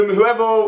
Whoever